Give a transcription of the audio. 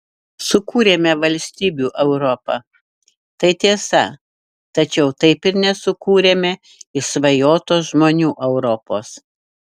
sukūrėme valstybių europą tai tiesa tačiau taip ir nesukūrėme išsvajotos žmonių europos